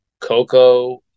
Coco